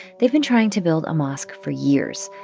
they've been trying to build a mosque for years,